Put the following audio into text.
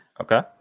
Okay